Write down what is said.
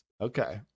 Okay